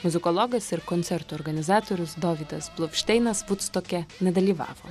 muzikologas ir koncertų organizatorius dovydas bluvšteinas vudstoke nedalyvavo